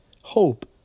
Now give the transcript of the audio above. hope